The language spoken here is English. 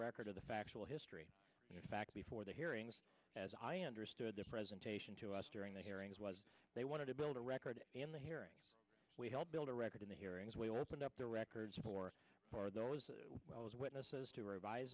record of the factual history in fact before the hearings as i understood their presentation to us during the hearings was they wanted to build a record in the hearing we help build a record in the hearings we opened up the records for our those well as witnesses to revise